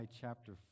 chapter